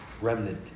remnant